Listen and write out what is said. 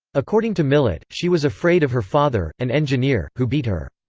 according to millett, she was afraid of her father, an engineer, who beat her.